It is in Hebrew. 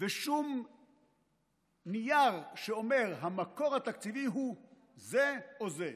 ואין שום נייר שאומר שהמקור התקציבי הוא זה או זה.